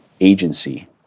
agency